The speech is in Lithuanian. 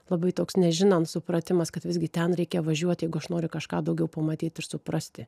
labai toks nežinant supratimas kad visgi ten reikia važiuot jeigu aš noriu kažką daugiau pamatyt ir suprasti